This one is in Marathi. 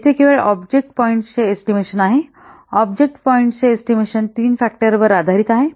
येथे केवळ ऑब्जेक्ट पॉईंट्सची चे एस्टिमेशन आहे ऑब्जेक्ट पॉईंट्सचे एस्टिमेशन तीन फॅक्टर वर आधारित आहे